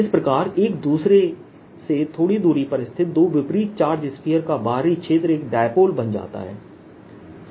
इस प्रकार एक दूसरे से थोड़ी दूरी पर स्थित दो विपरीत चार्ज स्फीयर का बाहरी क्षेत्र एक डाइपोल बन जाता है